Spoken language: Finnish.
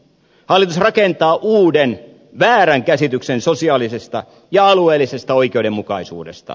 hallitus rakentaa uuden väärän käsityksen sosiaalisesta ja alueellisesta oikeudenmukaisuudesta